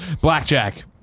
blackjack